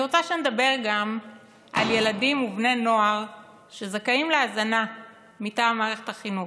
אני רוצה שנדבר גם על ילדים ובני נוער שזכאים להזנה מטעם מערכת החינוך.